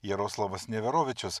jaroslavas neverovičius